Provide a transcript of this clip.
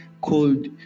called